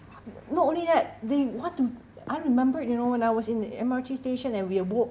not only that they want to I remember you know when I was in M_R_T station and we are walking